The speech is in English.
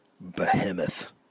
behemoth